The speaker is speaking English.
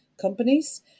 companies